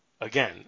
Again